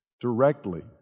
directly